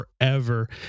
forever